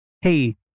hey